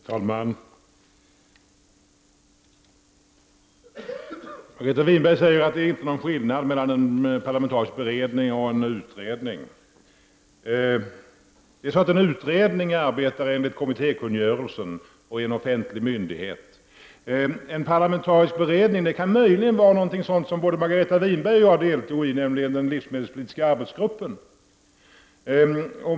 Herr talman! Margareta Winberg säger att det inte är någon skillnad mellan en parlamentarisk beredning och en utredning. En utredning arbetar enligt kommittékungörelsen och är en offentlig myndighet. En parlamentarisk beredning kan möjligen vara något sådant som både Margareta Winberg och jag deltog i, nämligen den livsmedelspolitiska arbetsgruppen.